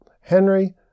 Henry